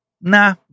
Nah